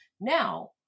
Now